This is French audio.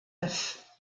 neuf